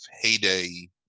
heyday